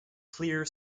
clear